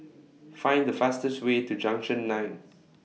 Find The fastest Way to Junction nine